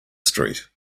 street